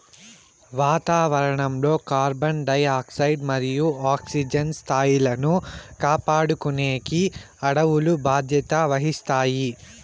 వాతావరణం లో carbon dioxide మరియు ఆక్సిజన్ స్థాయిలను కాపాడుకునేకి అడవులు బాధ్యత వహిస్తాయి